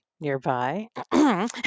nearby